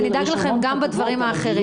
ונדאג לכם גם בדברים האחרים.